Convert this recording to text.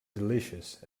delicious